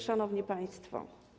Szanowni Państwo!